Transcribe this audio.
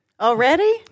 Already